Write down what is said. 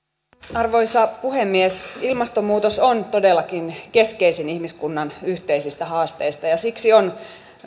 arvoisa puhemies ilmastonmuutos on todellakin keskeisin ihmiskunnan yhteisistä haasteista ja siksi on